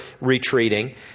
retreating